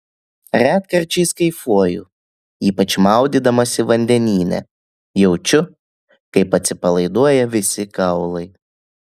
retkarčiais kaifuoju ypač maudydamasi vandenyne jaučiu kaip atsipalaiduoja visi kaulai